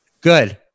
good